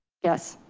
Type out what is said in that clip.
yes.